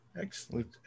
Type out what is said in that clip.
Excellent